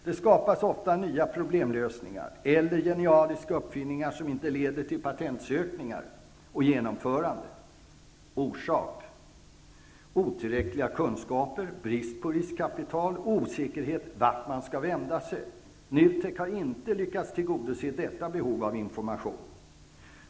Ofta skapas nya problemlösningar och genialiska uppfinningar som inte leder till patentsökningar och genomförande. Vad kan orsaken vara? Den kan vara otillräckliga kunskaper, brist på riskkapital och osäkerhet om vart man skall vända sig. NUTEK har inte lyckats tillgodose detta behov av information.